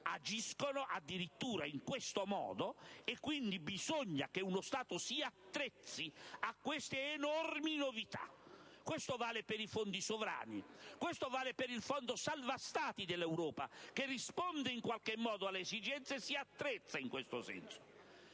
Agiscono addirittura in questo modo, e quindi bisogna che uno Stato si attrezzi a queste enormi novità. Questo vale per i fondi sovrani; questo vale per il fondo salva-Stati dell'Europa, che risponde in qualche modo alle esigenze e si attrezza in questo senso.